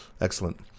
excellent